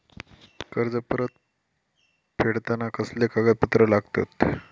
कर्ज परत फेडताना कसले कागदपत्र लागतत?